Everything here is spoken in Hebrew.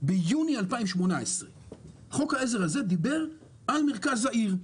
ביוני 2018. חוק העזר הזה דיבר על מרכז העיר.